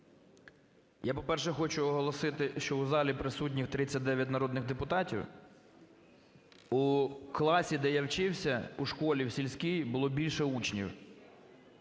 Я, по-перше, хочу оголосити, що в залі присутніх 39 народних депутатів. У класі, де я вчився, в школі в сільській було більше учнів.